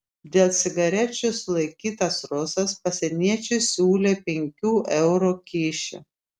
dėl cigarečių sulaikytas rusas pasieniečiui siūlė penkių eurų kyšį